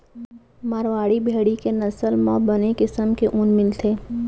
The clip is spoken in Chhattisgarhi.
मारवाड़ी भेड़ी के नसल म बने किसम के ऊन मिलथे